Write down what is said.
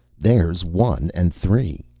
there's one and three.